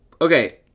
Okay